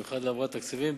במיוחד להעברת תקציבים,